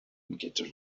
get